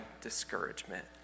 discouragement